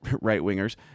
right-wingers